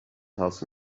house